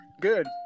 good